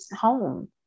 home